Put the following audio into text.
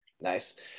Nice